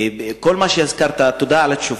כל מה שהזכרת, תודה על התשובה.